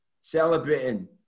Celebrating